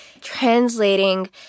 translating